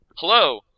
Hello